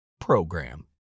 program